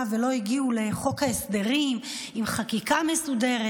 ולא הגיעו לחוק ההסדרים עם חקיקה מסודרת,